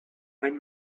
ein